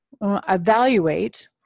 evaluate